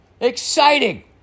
Exciting